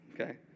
Okay